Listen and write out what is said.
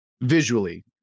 visually